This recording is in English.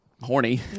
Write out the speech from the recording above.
horny